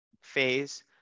phase